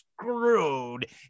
screwed